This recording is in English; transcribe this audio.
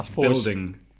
building